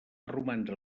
romandre